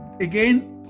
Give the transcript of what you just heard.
again